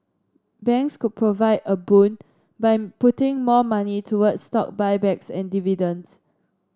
banks could provide a boon by putting more money toward stock buybacks and dividends